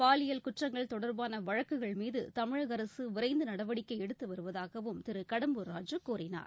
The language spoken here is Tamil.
பாலியல் குற்றங்கள் தொடர்பான வழக்குகள் மீது தமிழக அரசு விரைந்து நடவடிக்கை எடுத்து வருவதாகவும் திரு கடம்பூர் ராஜூ கூறினார்